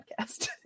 podcast